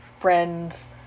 friends